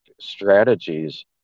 strategies